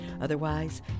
Otherwise